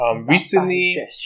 recently